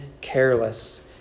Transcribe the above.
careless